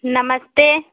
नमस्ते